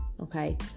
okay